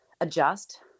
adjust